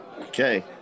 Okay